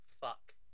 Fuck